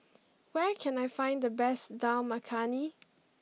where can I find the best Dal Makhani